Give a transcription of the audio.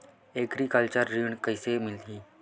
Agriculture ऋण कइसे मिलही?